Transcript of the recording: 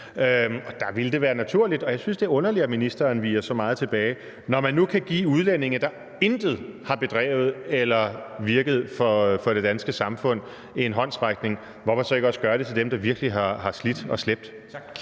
der ville det være naturligt. Jeg synes, det er underligt, at ministeren viger så meget tilbage for det. Når man nu kan give udlændinge, der intet har bedrevet eller virket i forhold til det danske samfund, en håndsrækning, hvorfor så ikke også gøre det over for dem, der virkelig har slidt og slæbt?